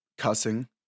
cussing